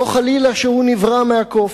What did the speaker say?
לא חלילה שהוא נברא מהקוף.